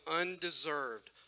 undeserved